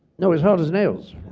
no, as hard as nails.